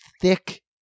thick